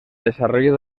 desarrollo